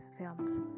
films